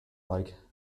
like